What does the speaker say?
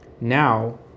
Now